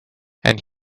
and